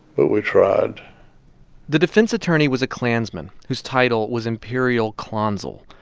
but we tried the defense attorney was a klansman whose title was imperial klonsel.